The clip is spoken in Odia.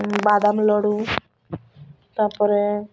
ବାଦାମ ଲଡ଼ୁ ତାପରେ